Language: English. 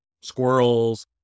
squirrels